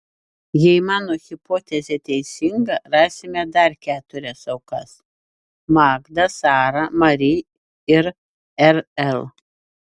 jei mano hipotezė teisinga rasime dar keturias aukas magdą sarą mari ir rl